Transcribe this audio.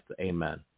Amen